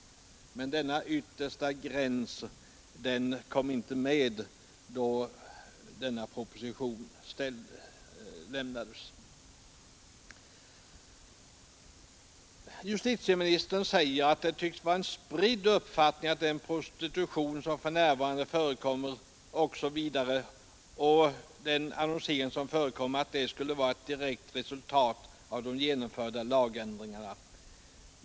Men denna yttersta gräns kom inte med när propositionen skrevs. Justitieministern säger att det tycks vara en spridd uppfattning att den prostitution och den annonsering som förekommer skulle vara ett direkt resultat av de genomförda lagändringarna.